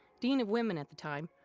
dean of women at the time,